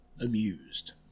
amused